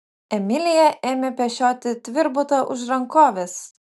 emilija ėmė pešioti tvirbutą už rankovės